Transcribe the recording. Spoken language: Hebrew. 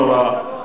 לא נורא.